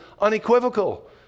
unequivocal